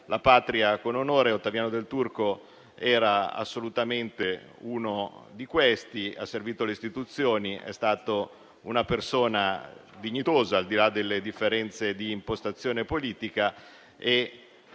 la patria con onore e Ottaviano Del Turco era assolutamente una di queste: ha servito le istituzioni ed è stato una persona dignitosa, al di là delle differenze di impostazione politica.